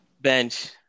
Bench